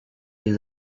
les